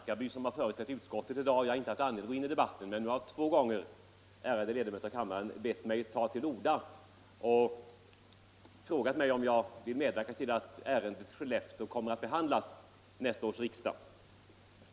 Herr talman! Det är herr Gustafsson i Barkarby som har företrätt utskottet i dag, och jag har inte haft anledning att gå in i debatten. Men nu har ärade ledamöter av kammaren två gånger bett mig ta till orda och svara på om jag vill medverka till att ärendet Skellefteå kommer att behandlas vid nästa års riksdag.